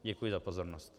Děkuji za pozornost.